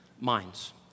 minds